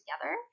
together